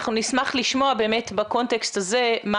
אנחנו נשמח לשמוע באמת בקונטקסט הזה מה